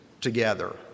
together